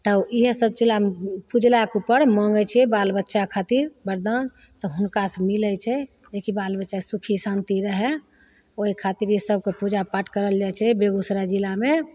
तब इएहसब जिला पुजलाके उपर माँगै छिए बाल बच्चा खातिर वरदान तऽ हुनकासे मिलै छै जेकि बाल बच्चा सुखी शान्ति रहै ओहि खातिर ईसबके पूजा पाठ करल जाइ छै बेगूसराय जिलामे